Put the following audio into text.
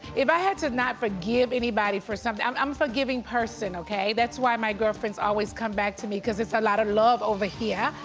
if i had to not forgive anybody for something, i'm a um forgiving person, okay? that's why my girlfriends always come back to me cause it's a lot of love over here.